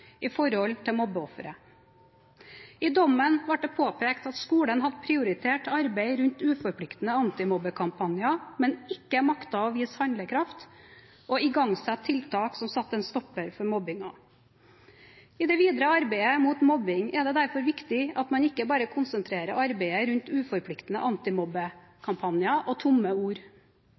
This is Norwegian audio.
i forhold til mobbeofferet. I dommen ble det påpekt at skolen hadde prioritert arbeid rundt uforpliktende antimobbekampanjer, men ikke maktet å vise handlekraft og å igangsette tiltak som satte en stopper for mobbingen. I det videre arbeidet mot mobbing er det derfor viktig at man ikke bare konsentrerer arbeidet rundt uforpliktende antimobbekampanjer og tomme ord.